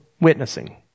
witnessing